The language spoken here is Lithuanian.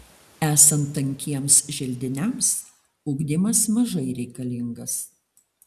esant tankiems želdiniams ugdymas mažai reikalingas